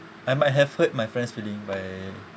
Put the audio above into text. I might have hurt my friend's feeling by